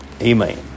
Amen